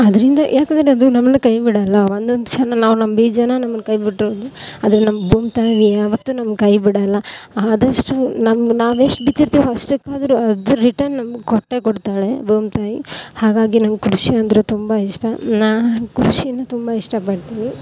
ಅದರಿಂದ ಯಾಕಂದರೆ ಅದು ನಮ್ಮನ್ನು ಕೈ ಬಿಡಲ್ಲ ಒಂದೊಂದು ಕ್ಷಣ ನಾವು ನಂಬಿದ ಜನ ನಮ್ಮನ್ನು ಕೈ ಬಿಟ್ರೂ ಆದರೆ ನಮ್ಮ ಭೂಮಿ ತಾಯಿ ಯಾವತ್ತೂ ನಮ್ಮ ಕೈ ಬಿಡಲ್ಲ ಆದಷ್ಟು ನಮ್ಗ ನಾವೆಷ್ಟು ಬಿತ್ತಿರ್ತೇವೊ ಅಷ್ಟಕ್ಕಾದರೂ ಅದ್ರ ರಿಟರ್ನ್ ನಮ್ಗೆ ಕೊಟ್ಟೇ ಕೊಡ್ತಾಳೆ ಭೂಮಿ ತಾಯಿ ಹಾಗಾಗಿ ನಂಗೆ ಕೃಷಿ ಅಂದರೆ ತುಂಬ ಇಷ್ಟ ನಾನು ಕೃಷಿಯನ್ನು ತುಂಬ ಇಷ್ಟಪಡ್ತೀನಿ